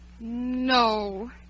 No